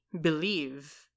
believe